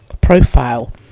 profile